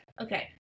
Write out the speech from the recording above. Okay